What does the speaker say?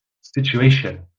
situation